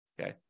okay